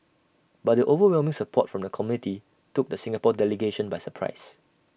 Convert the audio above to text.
but the overwhelming support from the committee took the Singapore delegation by surprise